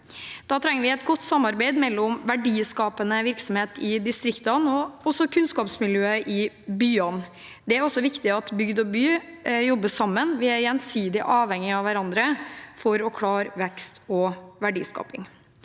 Da trenger vi et godt samarbeid mellom verdiskapende virksomheter i distriktene og kunnskaps miljøer i byene. Det er viktig at bygd og by jobber sammen. Vi er gjensidig avhengige av hverandre for å klare vekst og verdiskaping.